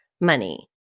money